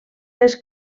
les